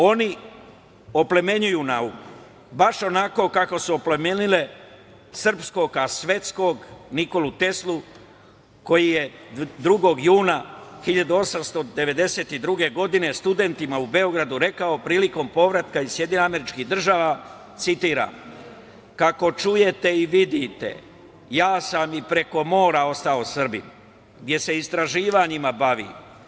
Oni oplemenjuju nauku baš onako kako su oplemenile srpskog a svetskog Nikolu Teslu, koji je 2. juna 1892. godine studentima u Beogradu rekao prilikom povratka iz SAD, citiram: „Kako čujete i vidite, ja sam i preko mora ostao Srbin gde se istraživanjima bavim.